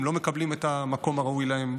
כי לדעתי הן לא מקבלות את המקום הראוי להן.